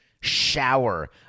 shower